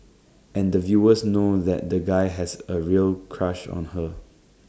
and the viewers know that the guy has A real crush on her